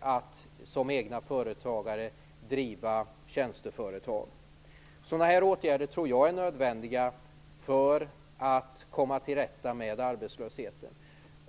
att som egna företagare driva tjänsteföretag? Jag tror att sådana åtgärder är nödvändiga för att komma till rätta med arbetslösheten.